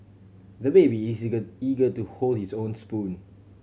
the baby is eager eager to hold his own spoon